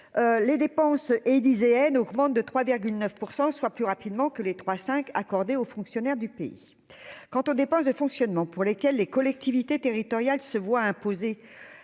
les dépenses élyséennes augmente de 3,9 % soit plus rapidement que les 3 5 accordées aux fonctionnaires du pays quant aux dépenses de fonctionnement pour lesquels les collectivités territoriales se voit imposer